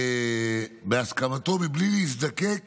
בהסכמתו, ומבלי להזדקק